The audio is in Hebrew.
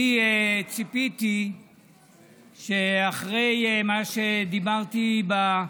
אני ציפיתי שאחרי מה שדיברתי עליו